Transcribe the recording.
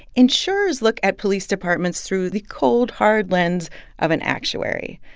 insurers look at police departments through the cold, hard lens of an actuary.